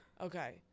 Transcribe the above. Okay